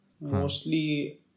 Mostly